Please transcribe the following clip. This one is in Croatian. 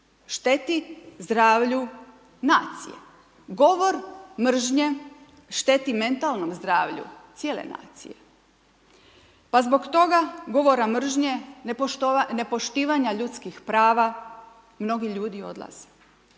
šteti zdravlju nacije, govor mržnje šteti mentalnom zdravlju cijele nacije. Pa zbog toga govora mržnje, nepoštivanja ljudskih prava mnogi ljudi odlaze.